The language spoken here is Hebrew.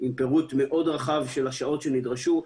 עם פירוט מאוד רחב של השעות שנדרשו.